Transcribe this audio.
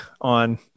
on